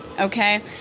okay